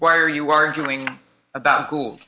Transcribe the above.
why are you arguing about cool